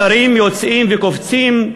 שרים יוצאים וקופצים,